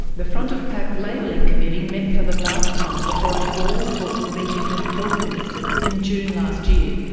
the front-of-pack labelling committee met for the last time before an all-important meeting of health ministers in june last year,